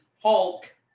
Hulk